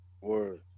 Word